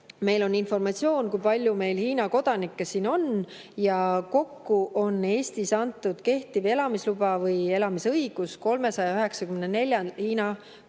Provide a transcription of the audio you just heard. meil on informatsioon, kui palju siin Hiina kodanikke on. Kokku on Eestis antud kehtiv elamisluba või elamisõigus 394 Hiina kodanikule.